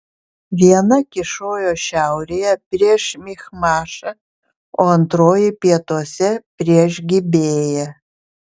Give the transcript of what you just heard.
viena kyšojo šiaurėje prieš michmašą o antroji pietuose prieš gibėją